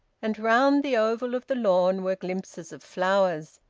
and round the oval of the lawn were glimpses of flowers,